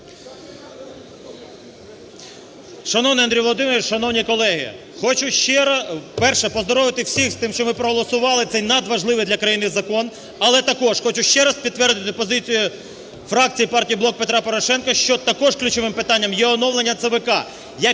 Шановний Андрій Володимирович, шановні колеги, хочу ще раз... Перше. Поздоровити всіх з тим, що ми проголосували цей надважливий для країни закон. Але також хочу ще раз підтвердити позицію фракції Партії "Блок Петра Порошенка", що також ключовим питанням є оновлення ЦВК,